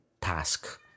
task